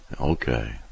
Okay